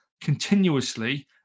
continuously